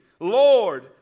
Lord